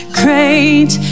great